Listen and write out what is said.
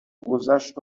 گذشت